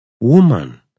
Woman